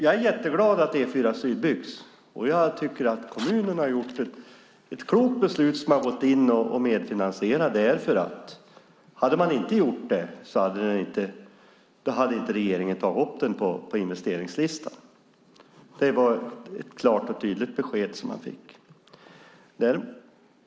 Jag är glad att E4 Syd byggs. Jag tycker att kommunen har fattat ett klokt beslut när man medfinansierar det. Om man inte hade gjort det hade inte regeringen tagit upp det på investeringslistan. Det var ett besked som man fick.